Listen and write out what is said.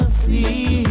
see